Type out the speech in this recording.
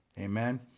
Amen